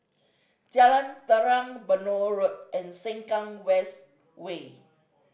Jalan Telang Benoi Road and Sengkang West Way